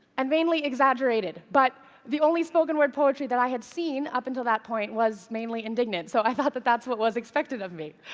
and mainly exaggerated, but the only spoken-word poetry that i had seen up until that point was mainly indignant, so i thought but that's what was expected of me.